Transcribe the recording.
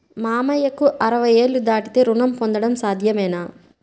మామయ్యకు అరవై ఏళ్లు దాటితే రుణం పొందడం సాధ్యమేనా?